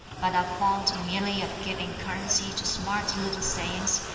but are fond merely of giving currency to smart little sayings,